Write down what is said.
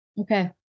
Okay